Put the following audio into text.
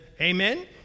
Amen